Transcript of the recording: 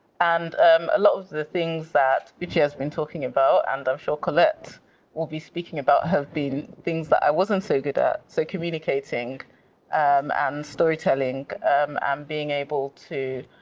and um a lot of the things that uche has been talking about and i'm sure colette will be speaking about have been things that i wasn't so good at, so communicating um and storytelling and um being able to